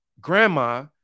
grandma